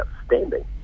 outstanding